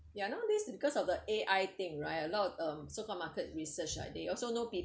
ya nowadays because of the A_I thing right a lot of um so called market research ah they also know people